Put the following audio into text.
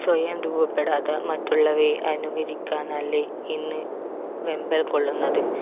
സ്വയം രൂപപ്പെടാത്ത മറ്റുള്ളവയെ അനുകരിക്കാൻ അല്ലേ ഇന്ന് വെമ്പൽ കൊള്ളുന്നത്